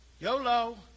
YOLO